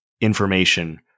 information